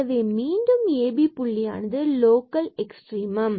எனவே மீண்டும் ab எனும் புள்ளியானது லோக்கல் எக்ஸ்ட்ரீமம்